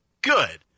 Good